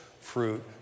fruit